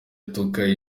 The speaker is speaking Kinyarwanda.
atuka